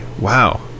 Wow